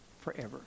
forever